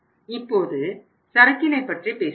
இப்போது சரக்கினை பற்றி பேசுவோம்